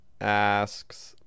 asks